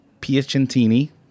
Piacentini